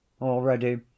Already